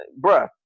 bruh